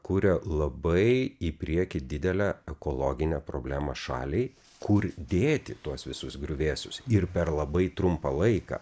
kuria labai į priekį didelę ekologinę problemą šaliai kur dėti tuos visus griuvėsius ir per labai trumpą laiką